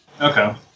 Okay